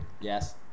Yes